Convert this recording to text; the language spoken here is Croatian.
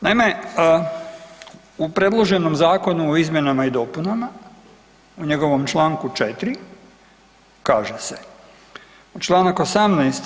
Naime, u predloženom Zakonu o izmjenama i dopunama, u njegovom čl. 4., kaže se, čl. 18.